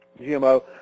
GMO